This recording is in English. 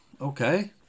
okay